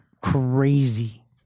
crazy